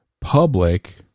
public